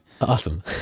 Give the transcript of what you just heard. Awesome